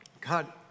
God